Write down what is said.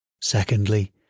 Secondly